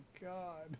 god